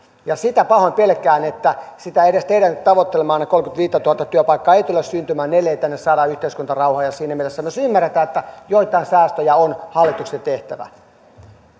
ja pahoin pelkään että edes sitä teidän tavoittelemaanne kolmeakymmentäviittätuhatta työpaikkaa ei tule syntymään ellei tänne saada yhteiskuntarauhaa ja siinä mielessä myös ymmärretä että joitain säästöjä on hallituksen tehtävä